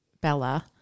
Bella